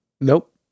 Nope